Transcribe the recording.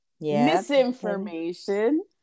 misinformation